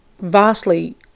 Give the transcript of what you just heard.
vastly